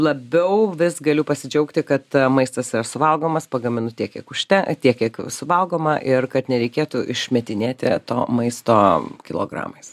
labiau vis galiu pasidžiaugti kad a maistas suvalgomas pagaminu tiek kiek užte tiek kiek suvalgoma ir kad nereikėtų išmetinėti to maisto kilogramais